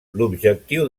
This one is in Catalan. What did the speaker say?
l’objectiu